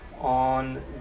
on